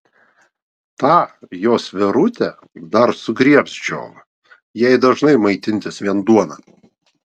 tą jos verutę dar sugriebs džiova jei dažnai maitinsis vien duona